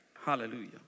Hallelujah